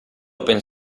open